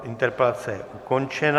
Interpelace je ukončena.